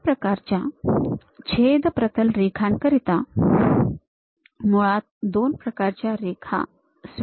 अशा प्रकारच्या छेद प्रतल रेखांकरिता मुळात दोन प्रकारच्या रेखा स्वीकारार्ह असतात